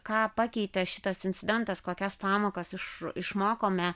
ką pakeitė šitas incidentas kokias pamokas iš išmokome